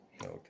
Okay